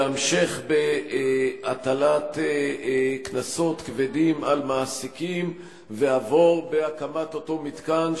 המשך בהטלת קנסות כבדים על מעסיקים ועבור בהקמת אותו מתקן,